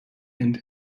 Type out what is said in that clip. and